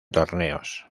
torneos